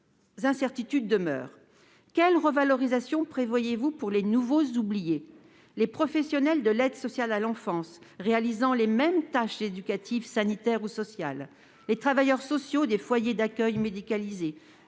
incertitudes demeurent. Quelle revalorisation prévoyez-vous pour les nouveaux oubliés : les professionnels de l'aide sociale à l'enfance, qui s'acquittent des mêmes tâches éducatives, sanitaires ou sociales, les travailleurs sociaux des foyers d'accueil médicalisés